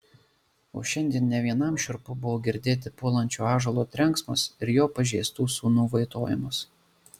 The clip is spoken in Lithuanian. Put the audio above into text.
o šiandien ne vienam šiurpu buvo girdėti puolančio ąžuolo trenksmas ir jo pažeistų sūnų vaitojimas